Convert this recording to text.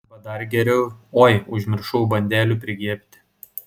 arba dar geriau oi užmiršau bandelių prigriebti